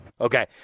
Okay